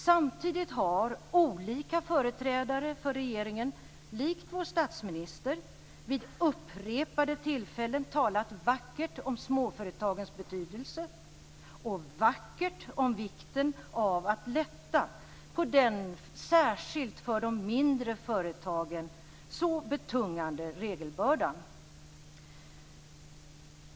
Samtidigt har olika företrädare för regeringen, likt vår statsminister, vid upprepade tillfällen talat vackert om småföretagens betydelse och vackert om vikten av att lätta på den särskilt för de mindre företagen så betungande regelbördan.